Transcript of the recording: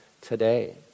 today